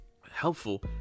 helpful